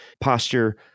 posture